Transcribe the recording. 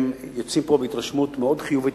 הם יוצאים מפה בהתרשמות מאוד חיובית